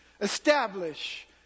establish